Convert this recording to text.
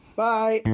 Bye